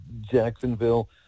Jacksonville